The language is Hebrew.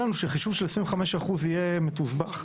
שחישוב של 25% יהיה מסובך.